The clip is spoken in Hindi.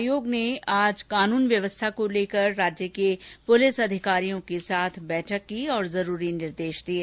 आयोग ने आज कानून व्यवस्था को लेकर राज्य के पुलिस अधिकारियों के साथ बैठक की और जरूरी निर्देश दिये